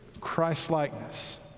Christ-likeness